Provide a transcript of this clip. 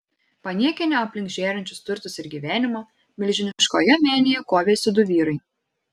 paniekinę aplink žėrinčius turtus ir gyvenimą milžiniškoje menėje kovėsi du vyrai